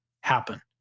happen